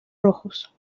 rojos